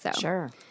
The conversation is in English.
Sure